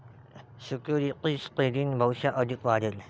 securities trading भविष्यात अधिक वाढेल